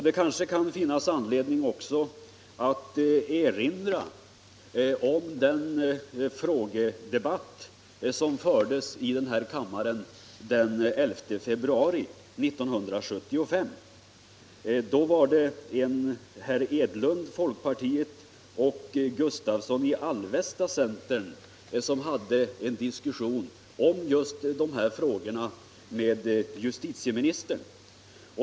Det kanske också kan finnas anledning att erinra om den frågedebatt som fördes i kammaren den 11 februari 1975. Herr Enlund, folkpartiet, och herr Gustavsson i Alvesta, centerpartiet, förde då en diskussion om just de här frågorna med justitieministern.